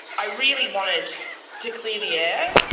i really wanted to clear the air.